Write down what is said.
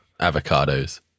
avocados